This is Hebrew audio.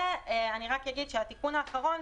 ואני רק אגיד שהתיקון האחרון,